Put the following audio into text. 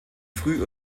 früh